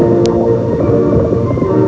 or